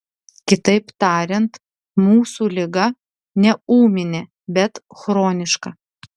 kitaip tariant mūsų liga ne ūminė bet chroniška